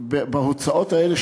בהוצאות האלה,